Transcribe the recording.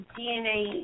DNA